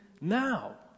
now